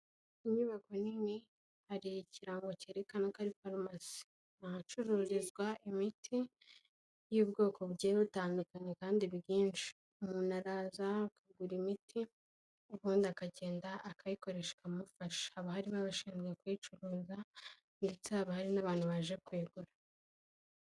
Inyubako nini hari ikirango cyerekana ko ari farumasi. Ni ahacururizwa imiti y'ubwoko bu butandukanye kandi bwinshi, umuntu araza akugura imiti ubundi akagenda akayikoresha ikamufasha, haba hari n'abashinzwe kuyicuruza ndetse haba hari n'abantu baje kuyigura.